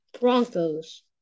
broncos